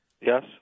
Yes